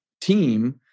team